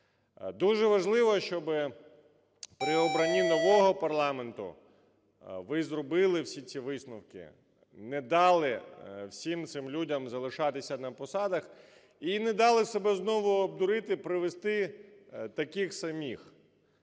Дуже важливо, щоби при обранні нового парламенту ви зробили всі ці висновки, не дали всім цим людям залишатися на своїх посадах і не дали себе знову обдурити – привести таких самих.